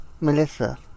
Melissa